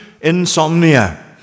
insomnia